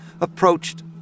approached